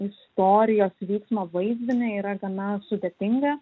istorijos vyksmo vaizdinį yra gana sudėtinga